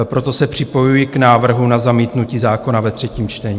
Proto se připojuji k návrhu na zamítnutí zákona ve třetím čtení.